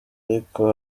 ariko